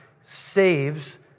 saves